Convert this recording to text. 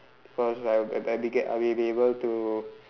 because I I'll be get I'll be able to